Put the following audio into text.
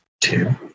two